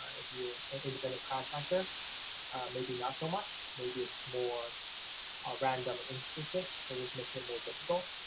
if you are an independent contractor maybe not so much, maybe it's more random in existence, so, which makes it more difficult.